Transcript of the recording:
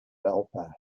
belfast